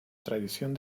tradición